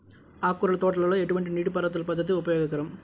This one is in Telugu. ఆకుకూరల తోటలలో ఎటువంటి నీటిపారుదల పద్దతి ఉపయోగకరం?